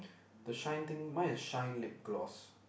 the shine thing mine is shine lip gross